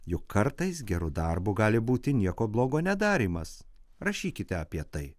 juk kartais geru darbu gali būti nieko blogo nedarymas rašykite apie tai